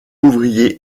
ouvrier